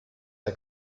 der